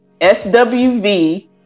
SWV